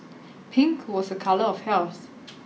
pink was a colour of health